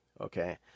okay